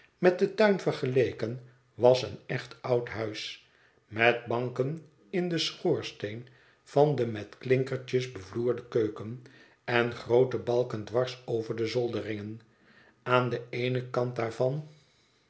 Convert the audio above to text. met den tuin vergeleken was een echt oud huis met banken in den schoorsteen van de met klinkertjes bevloerde keuken en groote balken dwars over de zolderingen aan den eenen kant daarvan